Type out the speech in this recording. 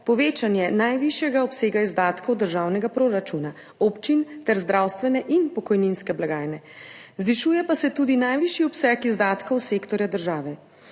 povečanje najvišjega obsega izdatkov državnega proračuna, občin ter zdravstvene in pokojninske blagajne, zvišuje pa se tudi najvišji obseg izdatkov sektorja države.